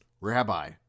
Rabbi